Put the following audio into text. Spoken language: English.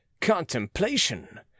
contemplation